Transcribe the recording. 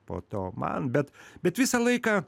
po to man bet bet visą laiką